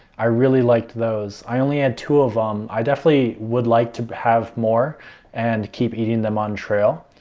i really liked those. i only had two of them. i definitely would like to have more and keep eating them on trail.